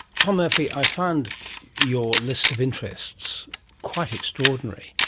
tom murphy, i find your list of interests quite extraordinary.